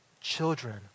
children